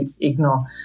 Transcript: ignore